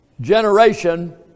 generation